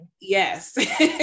Yes